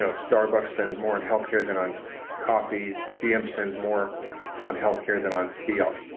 so starbucks spends more on healthcare than on so coffee. gm spends more on healthcare than on steel.